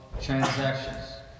transactions